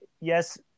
yes